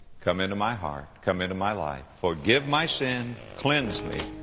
come into my heart. come into my life. forgive my sin. cleanse me.